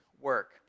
work